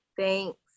Thanks